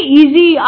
easy